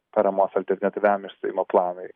paramos alternatyviam išstojimo planui